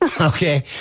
Okay